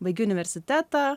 baigiu universitetą